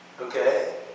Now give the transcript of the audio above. okay